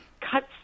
cuts